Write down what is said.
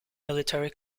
military